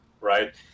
right